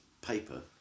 paper